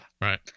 Right